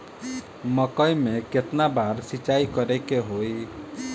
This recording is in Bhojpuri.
मकई में केतना बार सिंचाई करे के होई?